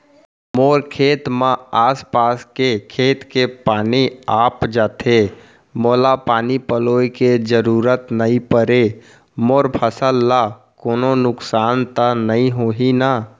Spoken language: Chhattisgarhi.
मोर खेत म आसपास के खेत के पानी आप जाथे, मोला पानी पलोय के जरूरत नई परे, मोर फसल ल कोनो नुकसान त नई होही न?